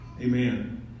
Amen